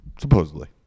supposedly